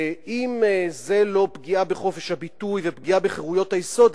ואם זו לא פגיעה בחופש הביטוי ופגיעה בחירויות היסוד,